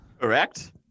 Correct